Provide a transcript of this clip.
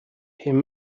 him